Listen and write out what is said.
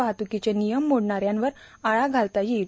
वाहतकीचे नियम मोडणा यांवर आळा घालता येईल